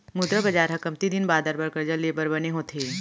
मुद्रा बजार ह कमती दिन बादर बर करजा ले बर बने होथे